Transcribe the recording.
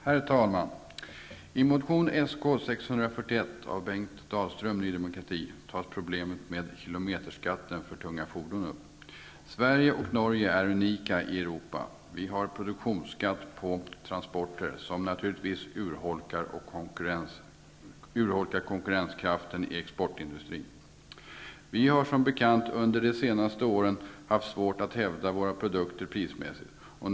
Herr talman! I motion Sk641 av Bengt Dalström från Ny demokrati tas problemet med kilometerskatten för tunga fordon upp. Sverige och Norge är unika i Europa, för vi har produktionsskatt på transporter, vilket naturligtvis urholkar konkurrenskraften i exportindustrin. Vi har som bekant under de senaste åren haft svårt att hävda våra produkter prismässigt.